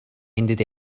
ended